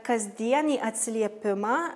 kasdienį atsiliepimą